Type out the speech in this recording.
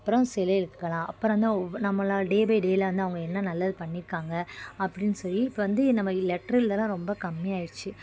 அப்புறம் சிலை அளிக்கலாம் அப்புறந்தான் ஒவ் நம்மளோட டே பை டேல வந்து அவங்க என்ன நல்லது பண்ணியிருக்காங்க அப்படின்னு சொல்லி இப்போ வந்து நம்ம லெட்ரு எழுதறதுலாம் ரொம்ப கம்மியாகிருச்சி